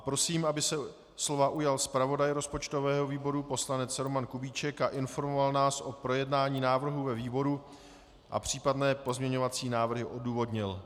Prosím, aby se slova ujal zpravodaj rozpočtového výboru poslanec Roman Kubíček a informoval nás o projednání návrhu ve výboru a případné pozměňovací návrhy odůvodnil.